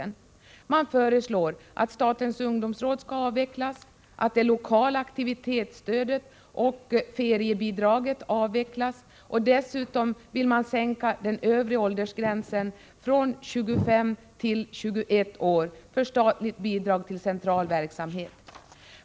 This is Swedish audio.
Moderaterna föreslår att statens ungdomsråd skall avvecklas, att det lokala aktivitetsstödet och feriebidraget avvecklas samt att den övre åldersgränsen sänks från 25 till 21 år för statligt bidrag till central verksamhet.